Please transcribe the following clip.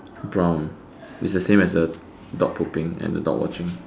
brown is the same as the dog pooping and the dog watching